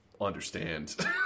understand